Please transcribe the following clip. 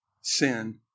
sin